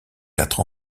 quatre